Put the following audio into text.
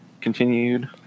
continued